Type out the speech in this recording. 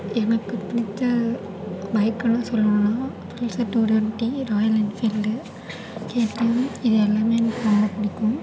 எனக்கு பிடித்த பைக்குன்னு சொல்லணுன்னால் Pulsar two twenty Royal Enfield இதெல்லாமே எனக்கு ரொம்ப பிடிக்கும்